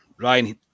Ryan